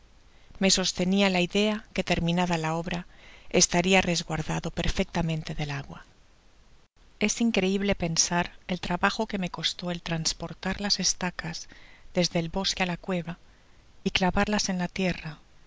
me sostenia la idea que terminada la obra estaria resguardado perfectamente del agua es increible pensar el trabajo que me costó el transportar las estacas desde el bosque á la cueva y clavarlas en la tierra